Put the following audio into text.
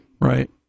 right